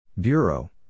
Bureau